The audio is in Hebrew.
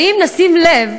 ואם נשים לב,